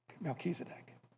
Melchizedek